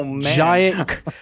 giant